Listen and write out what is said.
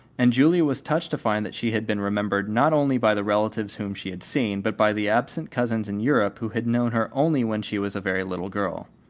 and julia was touched to find that she had been remembered not only by the relatives whom she had seen, but by the absent cousins in europe who had known her only when she was a very little girl.